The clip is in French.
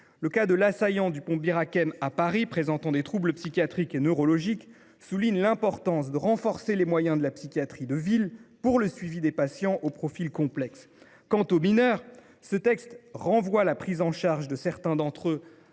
Le cas de l’assaillant du pont de Bir Hakeim à Paris, présentant des troubles psychiatriques et neurologiques, souligne l’importance de renforcer les moyens de la psychiatrie de ville pour le suivi de patients au profil complexe. Quant aux mineurs, ce texte renvoie la prise en charge de certains d’entre eux